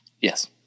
yes